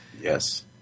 Yes